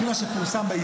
על פי מה שפורסם בעיתונות,